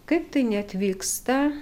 kaip tai neatvyksta